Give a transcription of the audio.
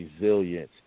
resilience